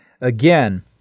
Again